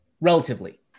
Relatively